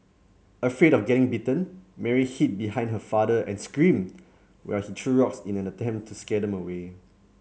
afraid of getting bitten Mary hid behind her father and screamed while he threw rocks in an attempt to scare them away